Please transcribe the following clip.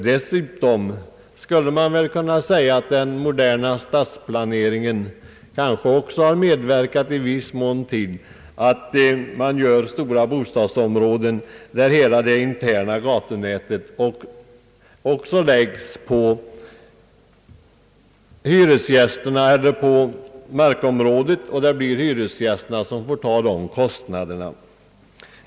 Dessutom skulle man väl kunna säga att även den moderna stadsplaneringen har medverkat i viss mån till att bostadsområden skapas, där hela det interna gatunätet läggs på hyresgästerna eller på tomtpriserna, varvid det även då blir hyresgästerna som får stå för kostnaderna.